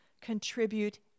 contribute